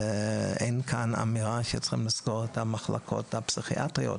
אין כאן אמירה שצריך לסגור את המחלקות הפסיכיאטריות